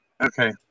Okay